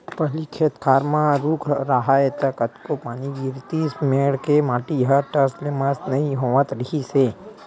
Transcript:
पहिली खेत खार म रूख राहय त कतको पानी गिरतिस मेड़ के माटी ह टस ले मस नइ होवत रिहिस हे